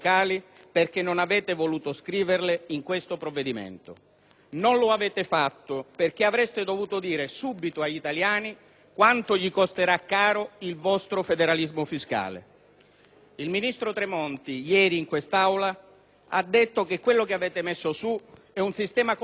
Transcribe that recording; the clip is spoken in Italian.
Non lo avete fatto, perché avreste dovuto dire subito agli italiani quanto costerà caro il vostro federalismo fiscale. Il ministro Tremonti, ieri, in quest'Aula, ha detto che quello che avete creato è un sistema complesso con un numero elevatissimo di variabili: